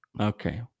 okay